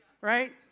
right